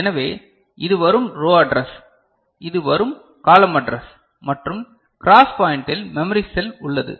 எனவே இது வரும் ரோ அட்ரஸ் இது வரும் காலம் அட்ரஸ் மற்றும் க்ராஸ் பாயிண்டில் மெமரி செல் உள்ளது